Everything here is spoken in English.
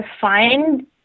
find